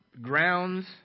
grounds